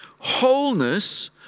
wholeness